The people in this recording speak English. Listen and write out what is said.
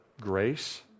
Grace